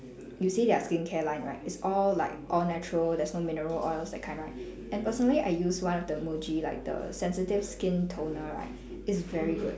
you see their skincare line right it's all like all natural there's no mineral oils that kind right and personally I use one of the muji like the sensitive skin toner right it's very good